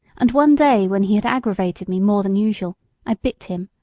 and one day when he had aggravated me more than usual i bit him,